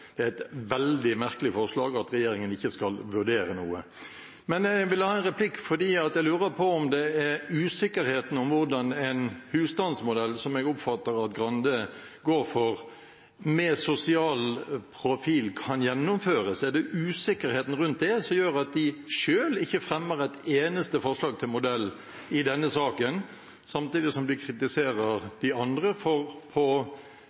Det er et veldig merkelig forslag at regjeringen ikke skal vurdere noe. Men jeg ville ha en replikk fordi jeg lurer på om det er usikkerheten rundt hvordan en husstandsmodell – som jeg oppfatter at Grande går inn for – med sosial profil kan gjennomføres, som gjør at de selv ikke fremmer et eneste forslag til modell i denne saken, samtidig som de kritiserer de andre for, på